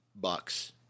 bucks